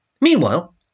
meanwhile